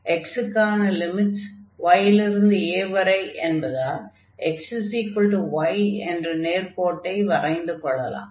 x க்கான limits y லிருந்து a வரை என்பதால் x y என்ற நேர்க்கோட்டை வரைந்து கொள்ளலாம்